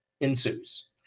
ensues